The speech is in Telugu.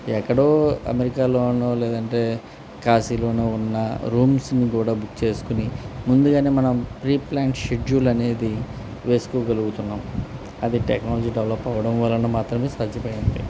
ఎక్కడో అమెరికాలోనో లేదంటే కాశీలోన ఉన్న రూమ్స్ని కూడా బుక్ చేసుకుని ముందుగానే మనం ప్రీప్లాన్ షెడ్యూల్ అనేది వేసుకోగలుగుతున్నాం అది టెక్నాలజీ డెవలప్ అవ్వడం వలన మాత్రమే సాధ్యమయింది